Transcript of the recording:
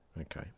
Okay